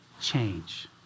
Change